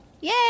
yay